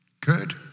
good